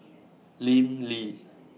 Lim Lee